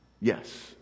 Yes